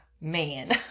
man